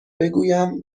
بگویم